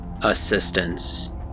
assistance